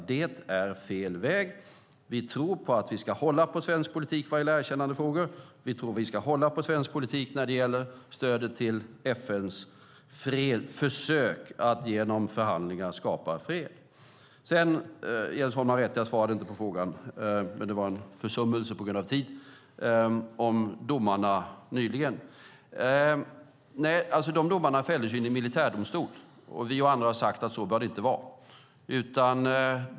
Det är fel väg. Vi tror på att hålla på svensk politik vad gäller erkännandefrågor, och vi tror på att hålla på svensk politik vad gäller stödet till FN:s försök att genom förhandlingar skapa fred. Sedan har Jens Holm rätt; jag svarade inte på frågan om domarna nyligen. Det var en försummelse på grund av tid. Dessa domar fälldes i en militärdomstol, och vi och andra har sagt att så bör det inte vara.